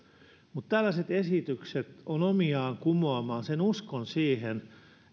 mutta tällaiset esitykset ovat omiaan kumoamaan uskon siihen